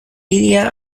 ilia